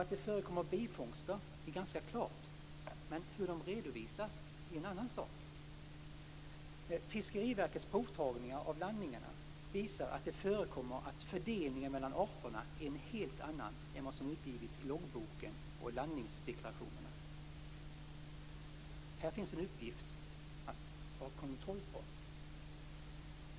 Att det förekommer bifångster är ganska klart, men hur de redovisas är en annan sak. Fiskeriverkets provtagningar av landningarna visar att det förekommer att fördelningen mellan arterna är en helt annan än vad som uppgivits i loggboken och landningsdeklarationerna. Här finns en uppgift att ha kontroll på.